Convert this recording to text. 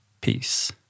Peace